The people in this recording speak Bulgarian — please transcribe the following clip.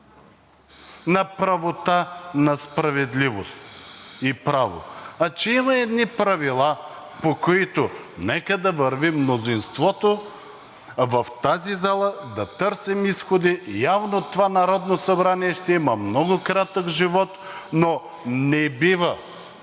на правота, на справедливост и право, а че има едни правила, по които нека да върви мнозинството в тази зала, да търсим изходи и явно това Народно събрание ще има много кратък живот. Но не бива